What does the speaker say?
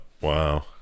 wow